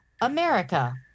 America